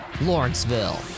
Lawrenceville